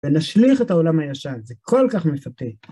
ולהשליך את העולם הישן, זה כל כך מפתה.